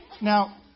Now